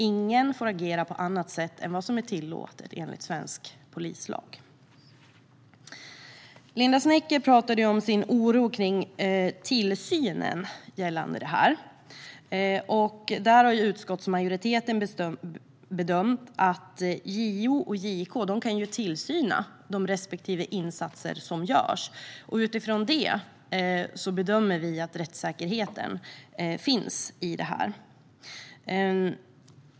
Ingen får agera på annat sätt än det som är tillåtet enligt svensk polislag. Linda Snecker pratade om sin oro för tillsynen gällande detta. Utskottsmajoriteten har bedömt att JO och JK kan utöva tillsyn över de insatser som görs. Utifrån det bedömer vi att rättssäkerheten finns i detta.